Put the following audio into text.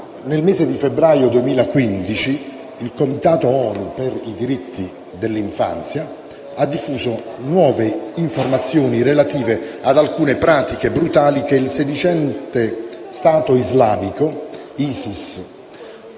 Nel mese di febbraio 2015 il Comitato ONU sui diritti dell'infanzia ha diffuso nuove informazioni relative ad alcune pratiche brutali che il sedicente stato islamico (ISIS)